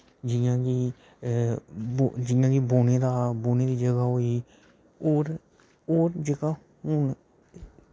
जि'यां कि जि'यां बौह्ने दी जगह् होई होर होर जेह्का हून